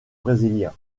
brésiliens